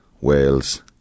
Wales